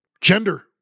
Gender